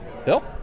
Bill